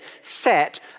set